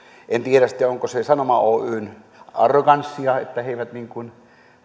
en tiedä sitten onko se sanoma oyn arroganssia että he eivät tästä